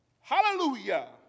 Hallelujah